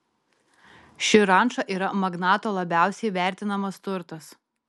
ši ranča yra magnato labiausiai vertinamas turtas